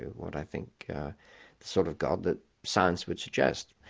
what i think the sort of god that science would suggest.